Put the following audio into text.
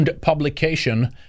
publication